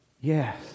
Yes